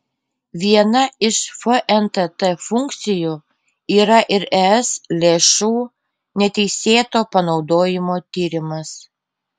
viena iš fntt funkcijų yra ir es lėšų neteisėto panaudojimo tyrimas